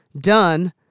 done